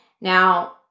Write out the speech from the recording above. Now